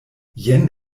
jen